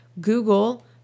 Google